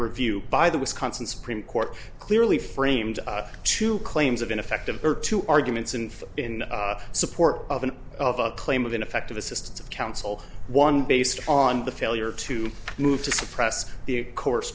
review by the wisconsin supreme court clearly framed two claims of ineffective or two arguments and in support of an of a claim of ineffective assistance of counsel one based on the failure to move to suppress the co